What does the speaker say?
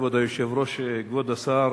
כבוד היושב-ראש, כבוד השר,